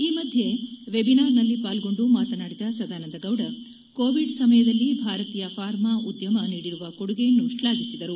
ಈ ಮಧ್ಯೆ ವೆಬಿನಾರ್ ನಲ್ಲಿ ಪಾಲ್ಗೊಂಡು ಮಾತನಾಡಿದ ಸದಾನಂದಗೌಡ ಕೋವಿಡ್ ಸಮಯದಲ್ಲಿ ಭಾರತೀಯ ಫಾರ್ಮಾ ಉದ್ಯಮ ನೀಡಿರುವ ಕೊಡುಗೆಯನ್ನು ಶ್ಲಾಘಿಸಿದರು